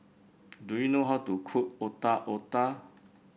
do you know how to cook Otak Otak